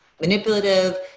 manipulative